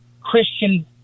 Christian